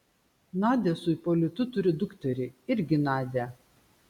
nadia su ipolitu turi dukterį irgi nadią